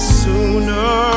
sooner